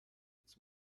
its